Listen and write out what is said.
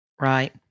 Right